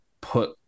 put